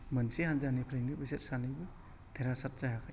मोनसे हानजानिफ्रायनो बेसोर सानैबो देरहासार जायाखै